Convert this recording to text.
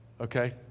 Okay